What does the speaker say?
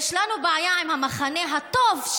יש לנו בעיה עם המחנה הטוב,